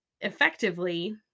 effectively